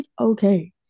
okay